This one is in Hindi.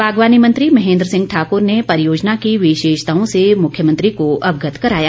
बागवानी मंत्री महेन्द्र सिंह ठाकर ने परियोजना की विशेषताओं से मुख्यमंत्री का अवगत कराया